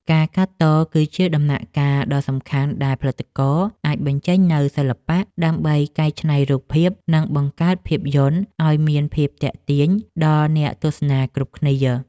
ការកាត់តគឺជាដំណាក់កាលដ៏សំខាន់ដែលផលិតករអាចបញ្ចេញនូវសិល្បៈ ដើម្បីកែច្នៃរូបភាព និង បង្កើតភាពយន្តឱ្យមានភាពទាក់ទាញដល់អ្នកទស្សនាគ្រប់គ្នា។